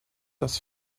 das